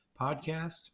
podcast